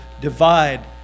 divide